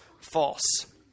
false